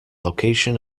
location